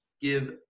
give